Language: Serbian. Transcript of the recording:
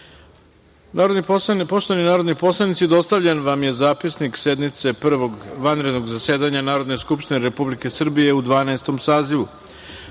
narodni poslanici, dostavljen vam je Zapisnik sednice Prvog vanrednog zasedanja Narodne skupštine Republike Srbije u Dvanaestom